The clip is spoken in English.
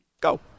go